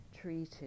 treated